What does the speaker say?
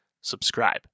subscribe